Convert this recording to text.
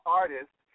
artists